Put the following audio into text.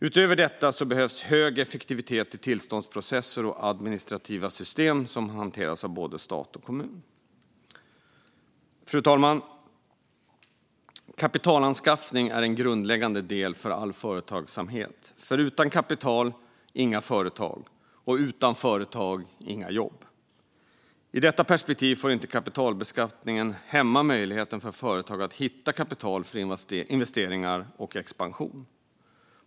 Utöver detta behövs hög effektivitet i tillståndsprocesser och administrativa system som hanteras av stat och kommun. Fru talman! Kapitalanskaffning är en grundläggande del för all företagsamhet. Utan kapital inga företag, och utan företag inga jobb. I detta perspektiv får inte kapitalbeskattningen hämma möjligheten för företag att hitta kapital för investeringar och expansion.